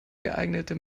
geeignete